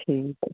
ਠੀਕ ਹੈ